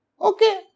Okay